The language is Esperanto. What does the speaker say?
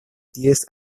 ties